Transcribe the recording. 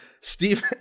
Steve